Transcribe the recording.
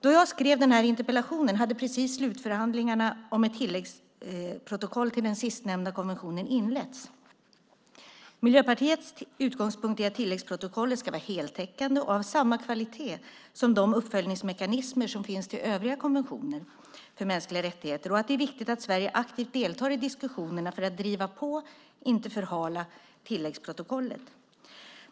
Då jag skrev denna interpellation hade slutförhandlingarna om ett tilläggsprotokoll till den sistnämnda konventionen precis inletts. Miljöpartiets utgångspunkt är att tilläggsprotokollet ska vara heltäckande och av samma kvalitet som de uppföljningsmekanismer som finns till övriga konventioner för mänskliga rättigheter och att det är viktigt att Sverige aktivt deltar i diskussionerna för att driva på och inte förhala tilläggsprotokollet.